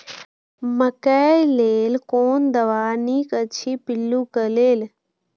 मकैय लेल कोन दवा निक अछि पिल्लू क लेल?